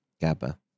GABA